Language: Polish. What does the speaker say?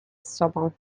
sobą